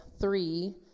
three